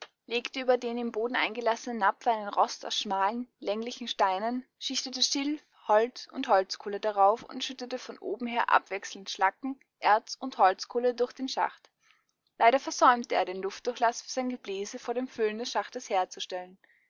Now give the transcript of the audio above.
über den im boden eingelassenen napf einen rost aus schmalen länglichen steinen schichtete schilf holz und holzkohle darauf und schüttete von oben her abwechselnd schlacken erz und holzkohle durch den schacht leider versäumte er den luftdurchlaß für sein gebläse vor dem füllen des schachtes herzustellen